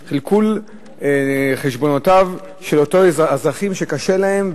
בכלכלת חשבונותיהם של אותם אזרחים שקשה להם,